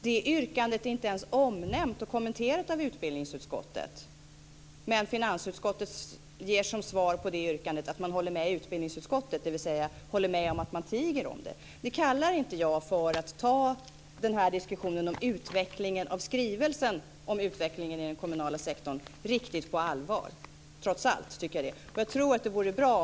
Det yrkandet är inte ens omnämnt eller kommenterat av utbildningsutskottet. Finansutskottet ger som svar på det yrkandet att utskottet håller med utbildningsutskottet, dvs. håller med om att tiga. Det kallar jag inte för att ta diskussionen om utvecklingen av skrivelsen om utvecklingen inom den kommunala sektorn riktigt på allvar - trots allt.